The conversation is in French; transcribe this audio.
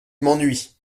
m’ennuies